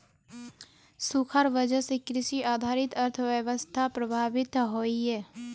सुखार वजह से कृषि आधारित अर्थ्वैवास्था प्रभावित होइयेह